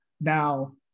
now